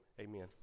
Amen